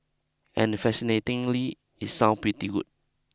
and fascinatingly it sounds pretty good